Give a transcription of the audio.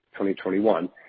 2021